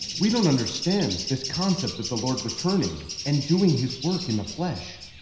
we don't understand this concept of the lord returning and doing his work in the flesh.